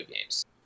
games